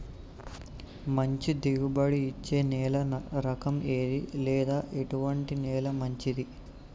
మంచి దిగుబడి ఇచ్చే నేల రకం ఏది లేదా ఎటువంటి నేల మంచిది?